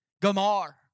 Gamar